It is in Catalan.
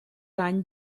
any